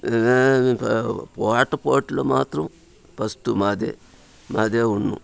ఏమి ఆట పోటీలు మాత్రం ఫస్ట్ మాదే మాదే ఉన్ను